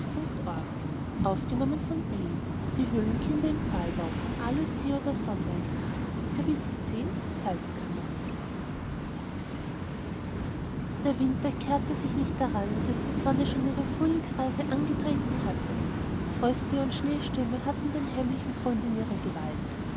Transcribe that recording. der winter kehrte sich nicht daran daß die sonne schon ihre frühlingsreise angetreten hatte fröste und schneestürme hatten den heimlichen grund in ihrer gewalt